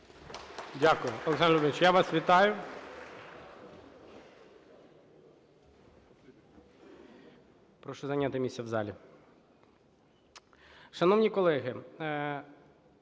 Дякую. Олександр Любимович, я вас вітаю. Прошу зайняти місце в залі. Шановні колеги,